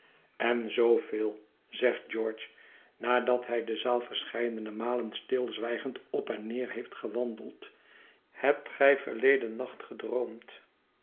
en zoo phil zegt george nadat hij de zaal verscheidene malen stilzwijgend op en neer heeft gewandeld hebt gij verleden nacht gedroomd